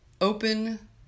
open